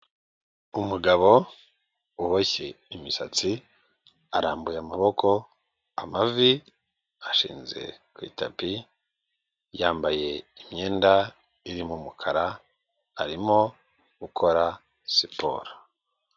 Umugabo uboshye imisatsi, arambuye amaboko, amavi ashinze ku itapi, yambaye imyenda irimo umukara, arimo gukora siporo.